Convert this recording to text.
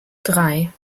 drei